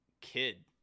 Kid